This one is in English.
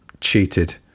cheated